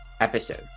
episode